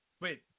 Wait